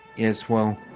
yes, well,